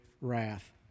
wrath